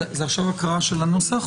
עכשיו הקראה של הנוסח?